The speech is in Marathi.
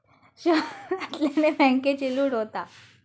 शहरांतल्यानी बॅन्केची लूट होता